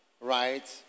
right